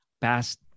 past